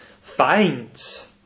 finds